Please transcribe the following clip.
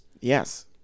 Yes